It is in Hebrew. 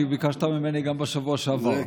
כי ביקשת ממני גם בשבוע שעבר.